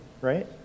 right